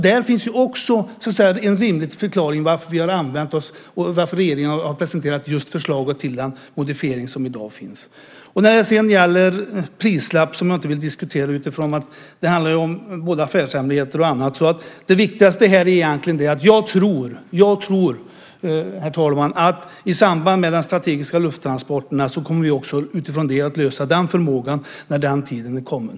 Där finns också en rimlig förklaring till att regeringen har presenterat just förslaget till den modifiering som i dag finns. Prislappen vill jag inte diskutera eftersom det handlar om affärshemligheter och annat. Det viktigaste här är egentligen detta, tror jag: I samband med de strategiska lufttransporterna kommer vi också att lösa den förmågan när den tiden är kommen.